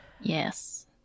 Yes